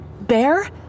Bear